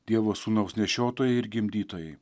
dievo sūnaus nešiotojai ir gimdytojai